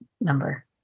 number